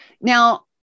Now